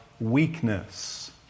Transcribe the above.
weakness